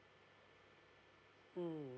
hmm